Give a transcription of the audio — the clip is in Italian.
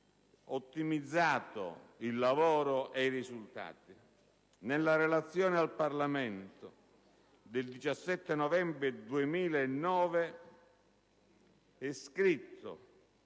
ottimizzato il lavoro ed i risultati. Nella relazione presentata al Parlamento il 17 novembre 2009 è scritto: